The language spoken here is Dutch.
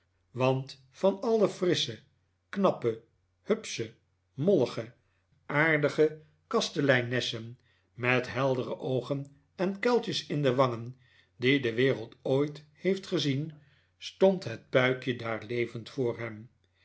want van alle frissche knappe hupsche mollige aardige kasteleinessen met heldere oogen en kuiltjes in de wangen die de wereld ooit heeft gezien stond het puikje daar levend voor hem